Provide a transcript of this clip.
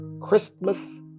Christmas